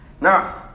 Now